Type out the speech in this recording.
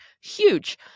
huge